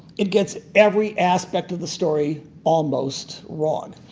it gets every aspect of the story almost wrong.